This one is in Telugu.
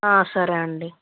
సరే అండి